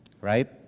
Right